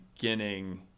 beginning